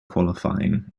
qualifying